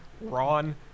Ron